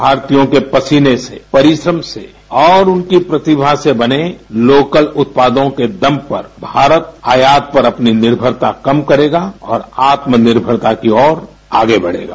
भारतीयों के पसीने से परिश्रम से और उनकी प्रतिभा से बने लोकल उत्पादों के दम पर भारत आयात पर अपनी निर्भरता कम करेगा और आत्मनिर्भरता की ओर आगे बढ़ेगा